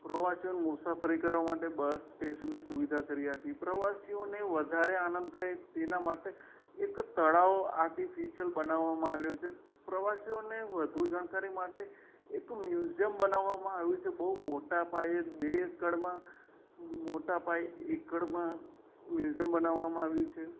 પ્રવાસીઓને મુસાફરી કરવા માટે બસ સ્ટેશનની સુવિધા કરી આપી પ્રવાસીઓને વધારે આનંદ થાય તેના માટે એક તળાવ આર્ટિફિશિયલ બનાવવામાં આવ્યો છે પ્રવાસીઓની વધુ જાણકારી માટે એક મ્યુઝિયમ બનાવવામાં આવ્યું છે બહુ મોટા પાયે બે એકડમાં મોટાપાયે એકડમાં મ્યુઝિયમ બનાવવામાં આવ્યું છે